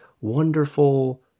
wonderful